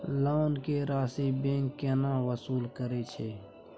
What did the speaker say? Loan के राशि bank केना वसूल करे छै?